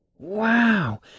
Wow